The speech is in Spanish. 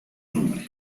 nombre